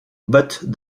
bottes